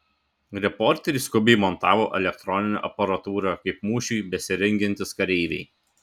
reporteriai skubiai montavo elektroninę aparatūrą kaip mūšiui besirengiantys kareiviai